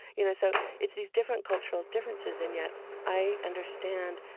you know, so it's these different cultural differences and yet i understand,